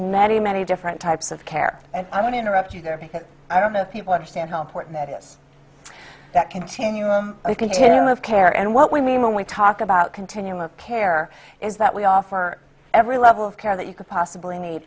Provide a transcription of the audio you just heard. many many different types of care and i'm going to interrupt you there because i don't know if people understand how important that is that continuum a continuum of care and what we mean when we talk about continuum of care is that we offer every level of care that you could possibly need